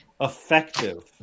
effective